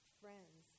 friends